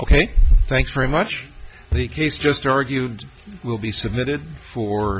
ok thanks very much the case just argued will be submitted for